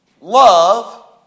love